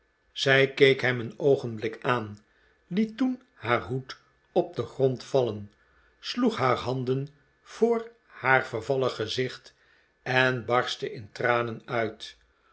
zij keek hem een oogenblik aan liet toen haar hoed op den grond vallen sloeg haar handen voor haar vervallen gezicht en barstte in tranen uit